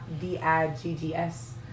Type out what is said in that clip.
D-I-G-G-S